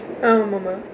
ah ஆமாம் ஆமாம்:aamaam aamaam